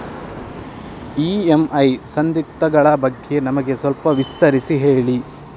EMI ಸಂಧಿಸ್ತ ಗಳ ಬಗ್ಗೆ ನಮಗೆ ಸ್ವಲ್ಪ ವಿಸ್ತರಿಸಿ ಹೇಳಿ